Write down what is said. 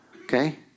Okay